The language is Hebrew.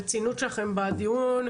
הרצינות שלכם בדיון,